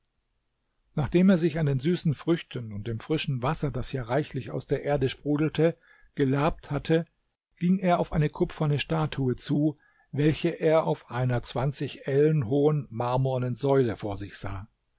nachdem er sich an den süßen früchten und dem frischen wasser das hier reichlich aus der erde sprudelte gelabt hatte ging er auf eine kupferne statue zu welche er auf einer zwanzig ellen hohen marmornen säule vor sich sah